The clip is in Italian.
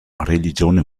religione